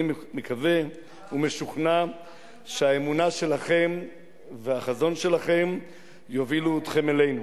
אני מקווה ומשוכנע שהאמונה שלכם והחזון שלכם יובילו אתכם אלינו.